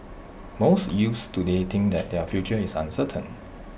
most youths today think that their future is uncertain